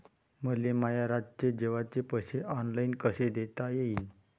मले माया रातचे जेवाचे पैसे ऑनलाईन कसे देता येईन?